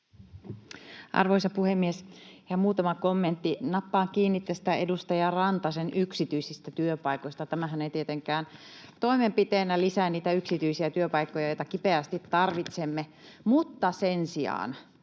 Arvoisa puhemies! Ihan muutama kommentti. Nappaan kiinni tästä edustaja Rantasen yksityisistä työpaikoista. Tämähän ei tietenkään toimenpiteenä lisää niitä yksityisiä työpaikkoja, joita kipeästi tarvitsemme, mutta sen sijaan